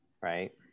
right